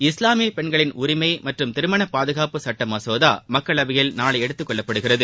இஸ்லாமிய பெண்களின் உரிமை மற்றும் திருமண பாதுகாப்பு சுட்ட மசோதா மக்களவையில் நாளை எடுத்துக் கொள்ளப்படுகிறது